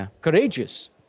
courageous